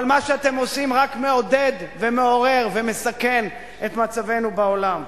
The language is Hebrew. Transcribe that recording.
אבל מה שאתם עושים רק מעודד ומעורר ומסכן את מצבנו בעולם.